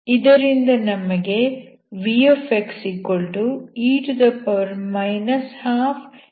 ಇದರಿಂದ ನಮಗೆ vxe 12x0xptdt ಸಿಗುತ್ತದೆ